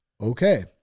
okay